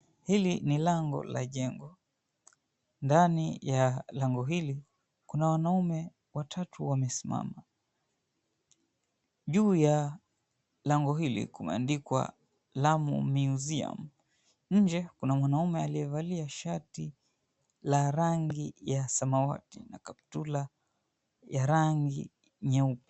Hili ni lango la njengo, ndani ya lango hili kuna wanaume watatu wamesimama. Juu ya lango hili kumeandikwa, Lamu Museum. Nje kuna mwanaume aliyevalia shati la rangi ya samawati na kaptura ya rangi nyeupe.